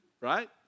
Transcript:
right